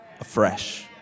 afresh